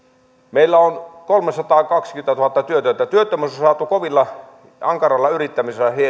meillä on kolmesataakaksikymmentätuhatta työtöntä työttömyys on saatu kovalla ankaralla yrittämisellä